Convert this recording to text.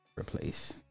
Replace